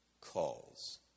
calls